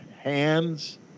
hands